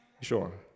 Sure